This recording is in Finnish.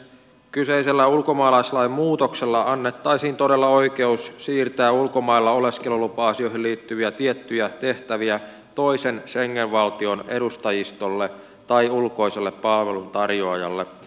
kyseisellä ulkomaalaislain muutoksella annettaisiin todella oikeus siirtää ulkomailla oleskelulupa asioihin liittyviä tiettyjä tehtäviä toisen schengen valtion edustajistolle tai ulkoiselle palveluntarjoajalle